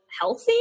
Healthy